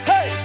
Hey